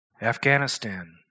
Afghanistan